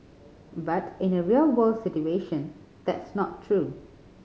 but in a real world situation that's not true